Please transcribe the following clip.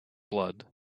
blood